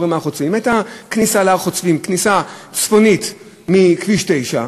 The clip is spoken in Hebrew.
אם הייתה כניסה להר-חוצבים, כניסה צפונית מכביש 9,